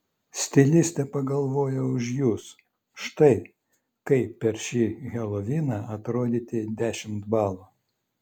stilistė pagalvojo už jus štai kaip per šį heloviną atrodyti dešimt balų